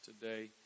today